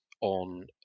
on